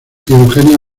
eugenia